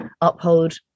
uphold